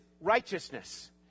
righteousness